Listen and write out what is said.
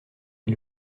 est